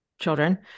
children